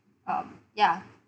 um ya